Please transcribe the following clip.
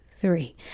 three